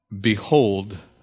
Behold